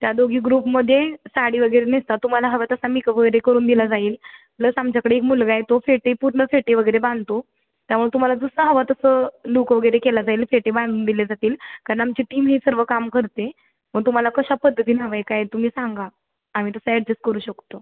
त्या दोघी ग्रुपमध्ये साडी वगैरे नेसतात तुम्हाला हवा तसा मेकअप वगैरे करून दिला जाईल प्लस आमच्याकडे एक मुलगा आहे तो फेटे पूर्ण फेटे वगैरे बांधतो त्यामुळे तुम्हाला जसं हवा तसं लूक वगैरे केला जाईल फेटे बांधून दिले जातील कारण आमची टीमही सर्व काम करते मग तुम्हाला कशा पद्धतीनं हवं आहे काय तुम्ही सांगा आम्ही तसं ॲडजस्ट करू शकतो